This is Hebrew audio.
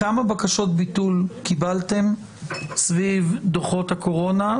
כמה בקשות ביטול קיבלתם סביב דוחות הקורונה?